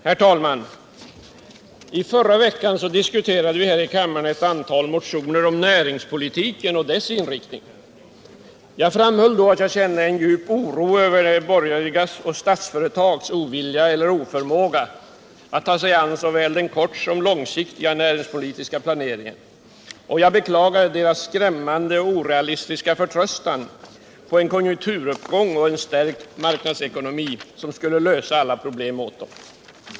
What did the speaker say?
Herr talman! I förra veckan diskuterade vi här i kammaren ett antal motioner om näringspolitiken och dess inriktning. Jag framhöll då att jag kände djup oro över de borgerligas och Statsföretags ovilja eller oförmåga att ta sig an såväl den kortsom den långsiktiga näringspolitiska planeringen, och jag beklagade deras skrämmande och orealistiska förtröstan på att en konjunkturuppgång och stärkt marknadsekonomi skulle lösa alla problem åt dem.